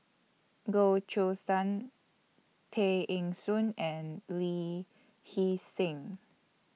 Goh Choo San Tay Eng Soon and Lee Hee Seng